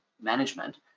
management